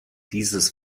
dieses